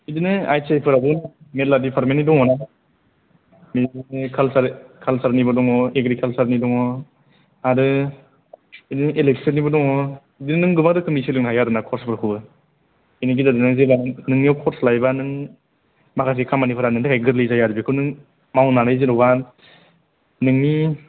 बिदिनो I T I फोरावबो मेल्ला डिपार्टमेन्टनि दङ ना बेजोंनो काल्चारेल काल्चारनिबो दङ एग्रिकाल्सारनि दङ आरो बिदिनो इलेक्टिभनिबो दङ बिदिनो नों गोबां रोखोमनि सोलोंनो हायो आरोना कर्सफोरखौबो बिनि गेजेरजोंनो जेब्ला नोंनियाव कर्स लायोबा नों माखासे खामानिफोरा नोंनि थाखाय गोरलै जायो आरो बेखौ नों मावनानै जेनेबा नोंनि